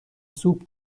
سوپ